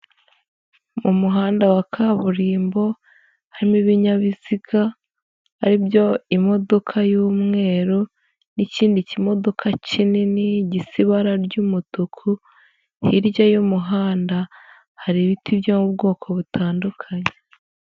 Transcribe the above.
Mu muhanda wa kaburimbo harimo ibinyabiziga, ari byo imodoka y'umweru n'ikindi kimodoka kinini gisa ibara ry'umutuku, hirya y'umuhanda hari ibiti byo mu bwoko butandukanye.